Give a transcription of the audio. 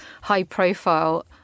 high-profile